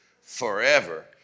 forever